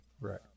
Right